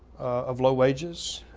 of low wages,